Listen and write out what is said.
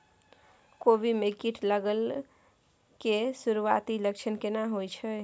कोबी में कीट लागय के सुरूआती लक्षण केना होय छै